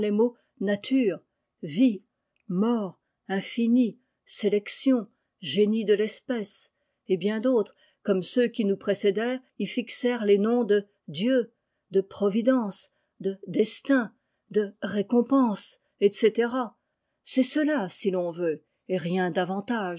nature vie mort infini sélection génie de l'espèce et bien d'autres comme ceux qui nous précédèrent y fixèrent les noms de dieu de providence de destin de récompense etc c'est cela si l'on veut et rien davantage